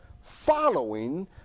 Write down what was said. following